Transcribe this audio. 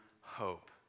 Hope